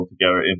together